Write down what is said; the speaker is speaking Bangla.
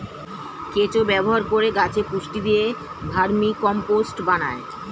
কেঁচো ব্যবহার করে গাছে পুষ্টি দিয়ে ভার্মিকম্পোস্ট বানায়